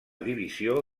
divisió